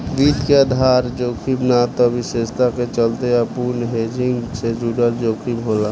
वित्त में आधार जोखिम ना त विशेषता के चलते अपूर्ण हेजिंग से जुड़ल जोखिम होला